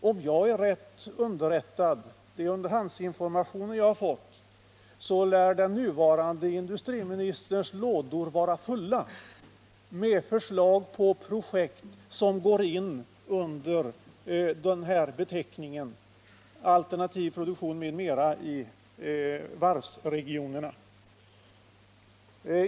Om de underhandsinformationer jag har fått är riktiga lär den nuvarande industriministerns lådor vara fulla med förslag till projekt som går in under beteckningen alternativ produktion m.m. i varvsregionerna.